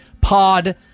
pod